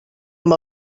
amb